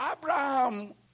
Abraham